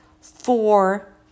four